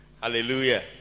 hallelujah